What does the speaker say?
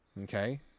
Okay